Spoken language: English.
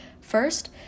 First